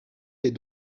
fait